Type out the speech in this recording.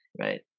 right